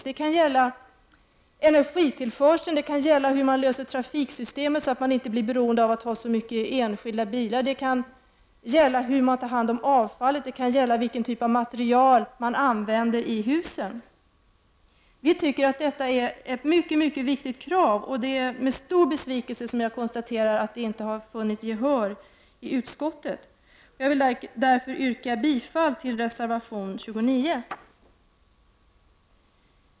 Det kan gälla energitillförseln, olika lösningar för trafiksystemet, så att man inte blir beroende av att ha så många enskilda bilar. Det kan gälla hur man tar hand om avfallet och vilken typ av material man använder i husen. Vi tycker att detta är ett mycket viktigt krav, och det är med stor besvikelse jag konstaterar att det inte har vunnit gehör i utskottet. Jag vill därför yrka bifall till reservation 29.